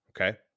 Okay